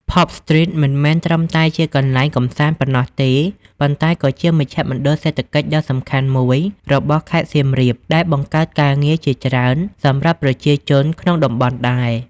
Pub Street មិនមែនត្រឹមតែជាកន្លែងកម្សាន្តប៉ុណ្ណោះទេ ប៉ុន្តែក៏ជាមជ្ឈមណ្ឌលសេដ្ឋកិច្ចដ៏សំខាន់មួយរបស់ខេត្តសៀមរាប ដែលបង្កើតការងារជាច្រើនសម្រាប់ប្រជាជនក្នុងតំបន់ដែរ។